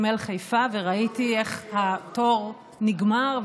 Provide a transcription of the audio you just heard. אתמול גם הייתי בנמל חיפה וראיתי איך התור נגמר,